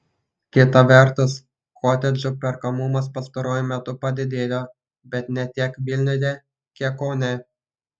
kita vertus kotedžų perkamumas pastaruoju metu padidėjo bet ne tiek vilniuje kiek kaune